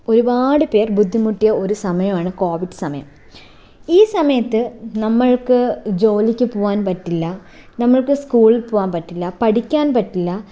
ഒരുപാട് പേർ ബുദ്ധിമുട്ടിയ ഒരു സമയമാണ് കോവിഡ്സമയം ഈ സമയത്ത് നമ്മൾക്ക് ജോലിക്ക് പോകാൻ പറ്റില്ല നമ്മൾക്ക് സ്കൂളിൽ പോകാൻ പറ്റില്ല പഠിക്കാൻ പറ്റില്ല